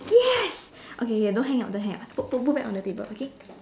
yes okay okay don't hang up don't hang up put put back on the table okay